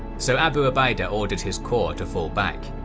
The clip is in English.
so abu ubaidah ordered his corps to fall back.